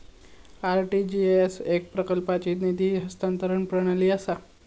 RTGS एकप्रकारची निधी हस्तांतरण प्रणाली असा